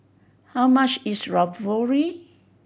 how much is Ravioli